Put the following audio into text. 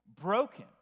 broken